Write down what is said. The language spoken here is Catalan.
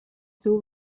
seu